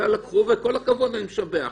אלא לקחו וכל הכבוד אני משבח.